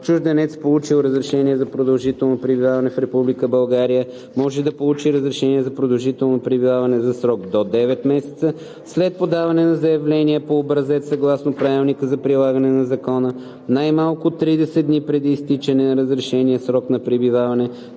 чужденец, получил разрешение за продължително пребиваване в Република България, може да получи разрешение за продължително пребиваване за срок до 9 месеца, след подаване на заявление по образец съгласно правилника за прилагане на закона, най-малко 30 дни преди изтичане на разрешения срок на пребиваване,